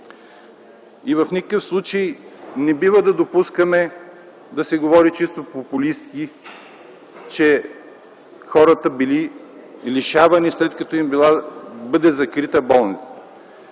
В никакъв случай не бива да допускаме да се говори чисто популистки, че хората били лишавани, след като им бъде закрита болницата.